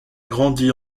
grandi